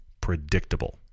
predictable